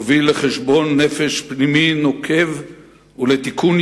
יוביל לחשבון נפש פנימי נוקב ולתיקון